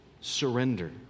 surrender